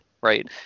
right